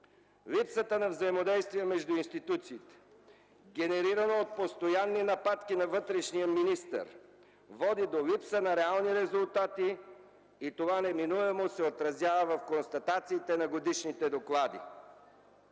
Липсата на взаимодействие между институциите, генерирала от постоянни нападки на вътрешния министър, води до липса на реални резултати и това неминуемо се отразява в констатациите на годишните доклади.